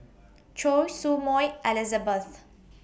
Choy Su Moi Elizabeth